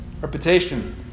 reputation